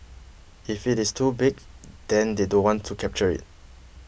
if it is too big then they don't want to capture it